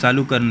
चालू करणे